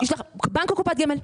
בנק או קופת גמל?